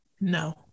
No